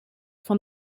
van